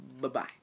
Bye-bye